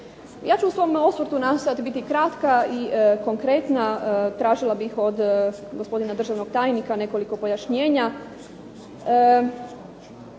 Ja ću u svom osvrtu nastojati biti kratka i konkretna tražila bih od gospodina državnog tajnika nekoliko pojašnjenja.